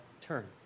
turn